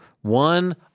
one